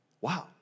Wow